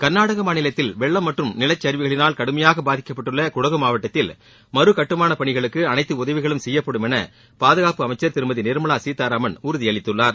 கர்நாடகா மாநிலத்தில் வெள்ளம் மற்றும் நிலச்சரிவுகளினால் கடுமையாக பாதிக்கப்பட்டுள்ள குடகு மாவட்டத்தில் மறுகட்டுமான பணிகளுக்கு அனைத்து உதவிகளும் செய்யப்படும் என பாதுகாப்பு அமைச்சர் திருமதி நிர்மலா சீதாராமன் உறுதியளித்துள்ளார்